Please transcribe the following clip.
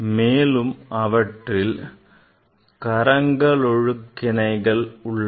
மேலும் அவற்றில் கறங்கலொழுக்கிணைகள் உள்ளன